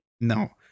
No